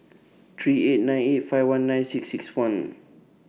three eight nine eight five one nine six six one